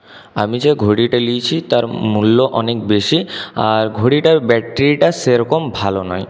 আমি যে ঘড়িটা নিয়েছি তার মূল্য অনেক বেশি আর ঘড়িটার ব্যা্রিটাটা সেরকম ভালো নয়